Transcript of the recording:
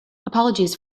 apologies